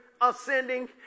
ascending